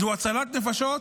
זאת הצלת נפשות,